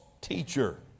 teacher